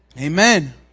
Amen